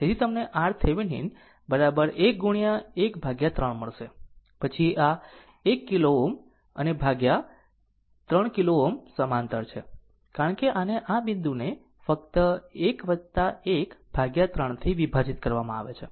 તેથી તમને RThevenin 1 ગુણ્યા 1 ભાગ્યા 3 મળશે પછી આ 1 કિલો Ω અને એક ભાગ્યા 3 કિલો Ω સમાંતર છે કારણ કે આને આ બિંદુને ફક્ત 1 1 ભાગ્યા 3 થી વિભાજીત કરવામાં આવે છે